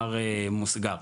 במאמר מוסגר.